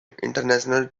international